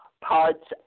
parts